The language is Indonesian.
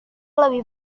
lebih